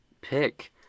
pick